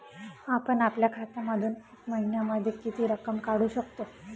आपण आपल्या खात्यामधून एका महिन्यामधे किती रक्कम काढू शकतो?